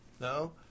No